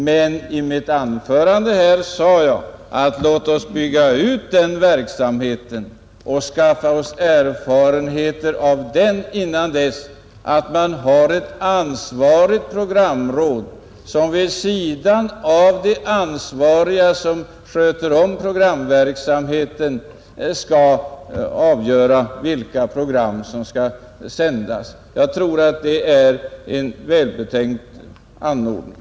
Men i mitt anförande sade jag: Låt oss bygga ut verksamheten och skaffa oss erfarenheter av den innan man får ett ansvarigt programråd som vid sidan av de ansvariga som sköter om programverksamheten skall avgöra vilka program som skall sändas. Jag tror att det är en välbetänkt anordning.